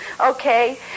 okay